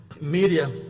media